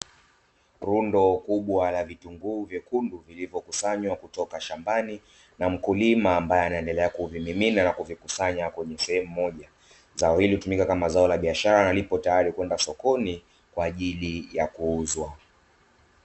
Rundo kubwa la vitunguu saumu vilivyo kusanywa kutoka shambani na mkulima ambaye anaendelea kuvimimina na kuvikusanya eneo moja, zao hili hutumika kama zao la biashara n lipo tayari kwenda sokoni kwa ajili ya kwenda kuuzwa.